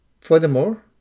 Furthermore